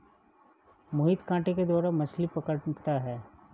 मोहित कांटे के द्वारा मछ्ली पकड़ता है